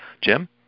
Jim